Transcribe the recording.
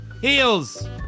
Heels